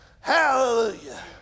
Hallelujah